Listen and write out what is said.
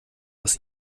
aus